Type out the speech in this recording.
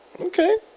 Okay